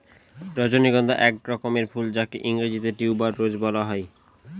রজনীগন্ধা এক রকমের ফুল যাকে ইংরেজিতে টিউবার রোজ বলা হয়